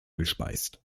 gespeist